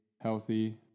healthy